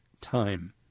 time